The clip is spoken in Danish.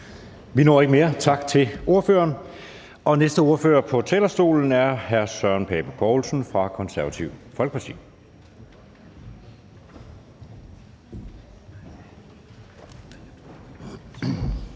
Vi når ikke mere. Tak til ordføreren. Næste ordfører på talerstolen er hr. Søren Pape Poulsen fra Det Konservative Folkeparti.